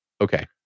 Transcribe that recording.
okay